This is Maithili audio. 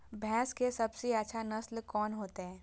भैंस के सबसे अच्छा नस्ल कोन होते?